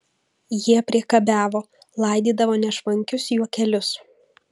jie priekabiavo laidydavo nešvankius juokelius